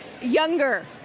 Younger